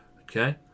Okay